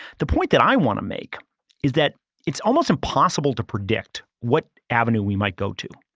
the point that i want to make is that it's almost impossible to predict what avenue we might go to.